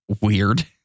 weird